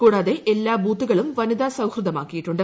കൂടാതെ എല്ലാ ബൂത്തുകളും വനിതാ സൌഹൃദമാക്കിയിട്ടുണ്ട്